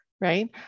right